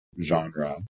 genre